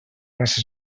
les